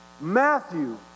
Matthew